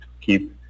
keep